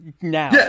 now